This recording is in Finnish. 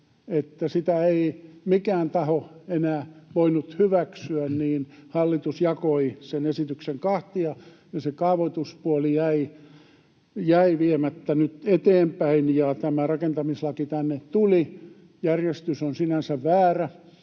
sitä ei mikään taho enää voinut hyväksyä, niin hallitus jakoi sen esityksen kahtia ja se kaavoituspuoli jäi viemättä nyt eteenpäin ja tämä rakentamislaki tänne tuli. Järjestys on sinänsä väärä,